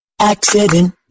Accident